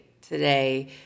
today